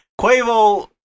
Quavo